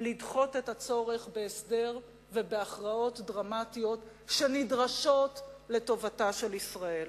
לדחות את הצורך בהסדר ובהכרעות דרמטיות שנדרשות לטובתה של ישראל.